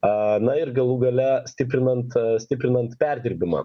a na ir galų gale stiprinant stiprinant perdirbimą